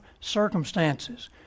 circumstances